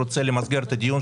אני רוצה למסגר את הדיון,